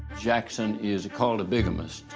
jackson is called a bigamist,